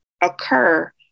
occur